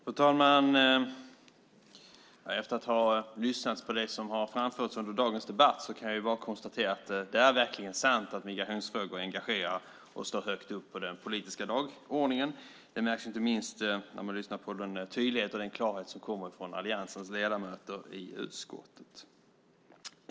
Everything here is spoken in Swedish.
Fru talman! Efter att ha lyssnat på det som har framförts under dagens debatt kan jag bara konstatera att det verkligen är sant att migrationsfrågor engagerar och står högt upp på den politiska dagordningen. Det märks inte minst när man lyssnar på den tydlighet och den klarhet som kommer från alliansens ledamöter i utskottet.